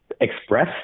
express